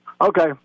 Okay